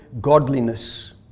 godliness